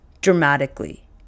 dramatically